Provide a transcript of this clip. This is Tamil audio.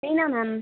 மீனா மேம்